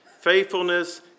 Faithfulness